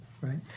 Right